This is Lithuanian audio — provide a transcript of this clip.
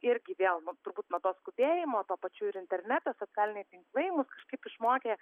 irgi vėl turbūt nuo to skubėjimo tuo pačiu ir internetas socialiniai tinklai mus kažkaip išmokė